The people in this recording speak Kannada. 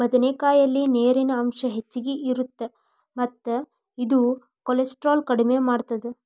ಬದನೆಕಾಯಲ್ಲಿ ನೇರಿನ ಅಂಶ ಹೆಚ್ಚಗಿ ಇರುತ್ತ ಮತ್ತ ಇದು ಕೋಲೆಸ್ಟ್ರಾಲ್ ಕಡಿಮಿ ಮಾಡತ್ತದ